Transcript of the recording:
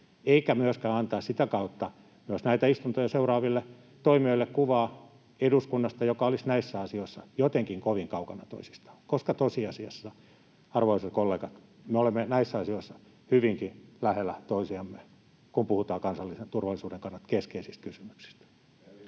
eikä myöskään antaa sitä kautta myös näitä istuntoja seuraaville toimijoille kuvaa eduskunnasta, joka olisi näissä asioissa jotenkin kovin kaukana toisistaan, koska tosiasiassa, arvoisat kollegat, me olemme näissä asioissa hyvinkin lähellä toisiamme, kun puhutaan kansallisen turvallisuuden kannalta keskeisistä kysymyksistä.